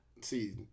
see